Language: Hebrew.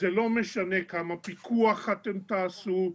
זה לא משנה כמה פיקוח אתם תעשו,